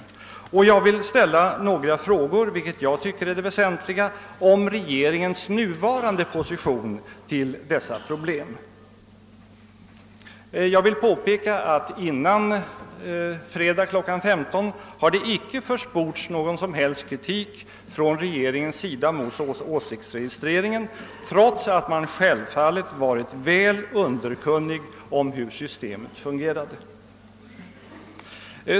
problem. Jag vill påpeka att det före kl. 15 i fredags icke hade försports någon som helst kritik från regeringen mot åsiktsregistreringen, trots att man självfallet varit väl underkunnig om hur systemet fungerade.